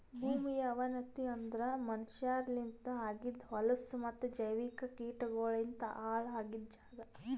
ಭೂಮಿಯ ಅವನತಿ ಅಂದುರ್ ಮನಷ್ಯರಲಿಂತ್ ಆಗಿದ್ ಹೊಲಸು ಮತ್ತ ಜೈವಿಕ ಕೀಟಗೊಳಲಿಂತ್ ಹಾಳ್ ಆಗಿದ್ ಜಾಗ್